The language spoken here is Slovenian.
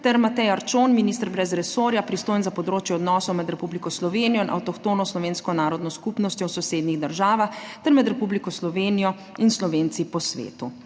ter Matej Arčon, minister brez resorja, pristojen za področje odnosov med Republiko Slovenijo in avtohtono slovensko narodno skupnostjo v sosednjih državah ter med Republiko Slovenijo in Slovenci po svetu.